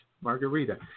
margarita